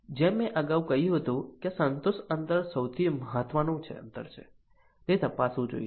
જેમ મેં અગાઉ કહ્યું હતું કે આ સંતોષ અંતર સૌથી મહત્વનું અંતર છે તે તપાસવું જોઈએ